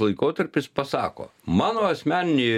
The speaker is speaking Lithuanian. laikotarpis pasako mano asmeninėj